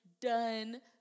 done